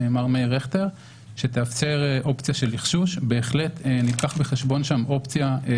אני מבין שהאמירה הכללית שלנו, עוד נגיע לניסוח,